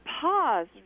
pause